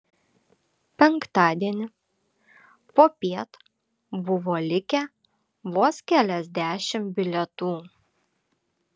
penktadienį popiet buvo likę vos keliasdešimt bilietų